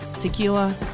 tequila